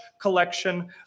collection